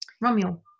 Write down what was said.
Romeo